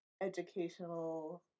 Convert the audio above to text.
educational